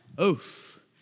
oof